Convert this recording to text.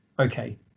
Okay